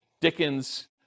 Dickens